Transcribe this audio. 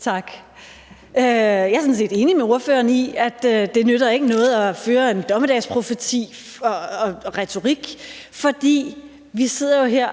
Tak. Jeg er sådan set enig med ordføreren i, at det ikke nytter noget at føre en dommedagsprofeti og -retorik, fordi vi jo sidder her